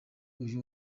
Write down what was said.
uyu